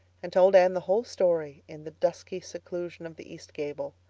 and told anne the whole story in the dusky seclusion of the east gable.